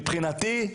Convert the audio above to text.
מבחינתי,